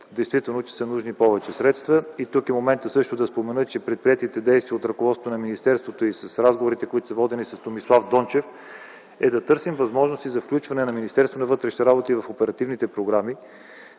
Действително, че са нужни повече средства. Тук е моментът също да спомена, че предприетите действия от ръководството на министерството и с разговорите, които са водени с министър Томислав Дончев, е да търсим възможности за включване на Министерството на вътрешните работи в оперативни програми,